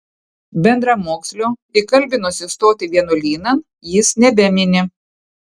bendramokslio įkalbinusio stoti vienuolynan jis nebemini